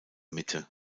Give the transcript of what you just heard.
mitte